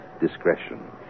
discretion